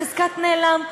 בחזקת נעלם.